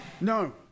No